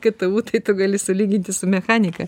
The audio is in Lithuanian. ktu tai tu gali sulyginti su mechanika